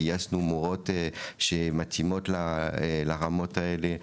גייסנו מורות שמתאימות לרמות האלה,